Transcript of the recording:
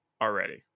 already